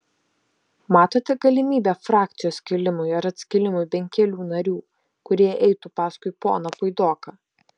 matote galimybę frakcijos skilimui ar atskilimui bent kelių narių kurie eitų paskui poną puidoką